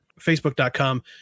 facebook.com